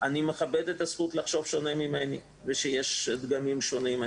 אני מכבד את הזכות לחשוב שונה ממני ושיש דגמים שונים.